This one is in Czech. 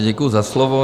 Děkuji za slovo.